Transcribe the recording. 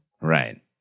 Right